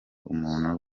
umuntu